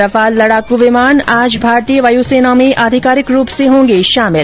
Rafale लड़ाकू विमान आज भारतीय वायुसेना में आधिकारिक रूप से होंगे शामिल